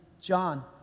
John